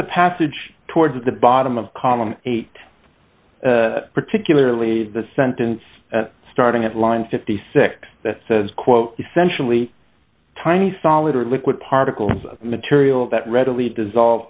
the passage towards the bottom of column eight particularly the sentence starting at line fifty six that says quote essentially tiny solid or liquid particles of material that readily dissolve